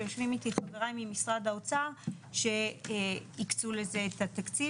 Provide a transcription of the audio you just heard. שיושבים איתי חבריי ממשרד האוצר שהקצו לזה את התקציב.